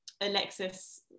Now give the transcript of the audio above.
Alexis